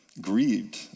grieved